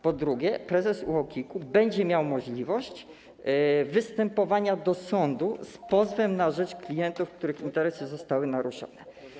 Po drugie, prezes UOKiK-u będzie miał możliwość występowania do sądu z pozwem na rzecz klientów, których interesy zostały naruszone.